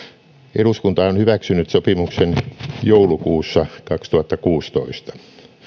eduskunta on hyväksynyt sopimuksen joulukuussa kaksituhattakuusitoista